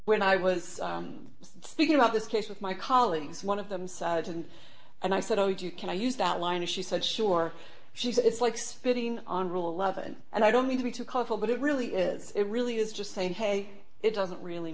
when i was speaking about this case with my colleagues one of them sergeant and i said oh you can i use that line and she said sure she said it's like spitting on rule eleven and i don't mean to be too colorful but it really is it really is just saying hey it doesn't really